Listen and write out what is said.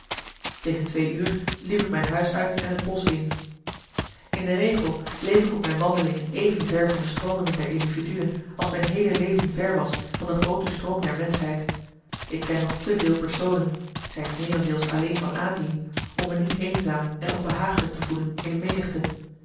tegen twee uur liep ik mijn huis uit en het bosch in in de regel bleef ik op mijn wandelingen even ver van de stroomingen der individuen als mijn heele leven ver was van de groote stroom der menschheid ik ken nog te veel personen zij t meerendeels alleen van aanzien om me niet eenzaam en onbehaaglijk te voelen in een menigte